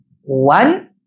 one